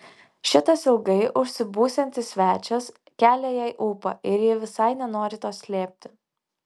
šitas ilgai užsibūsiantis svečias kelia jai ūpą ir ji visai nenori to slėpti